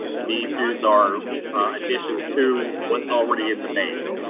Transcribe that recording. and these dues are additions to what's already in the base.